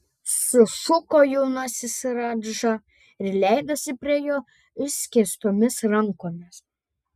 sušuko jaunasis radža ir leidosi prie jo išskėstomis rankomis